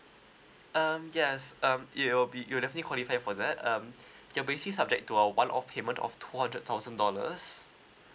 um yes um it will be you'll definitely qualify for that um your basic subject to our one off payment of two hundred thousand dollars